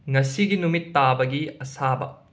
ꯉꯁꯤꯒꯤ ꯅꯨꯃꯤꯠ ꯇꯥꯕꯒꯤ ꯑꯁꯥꯕ